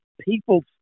people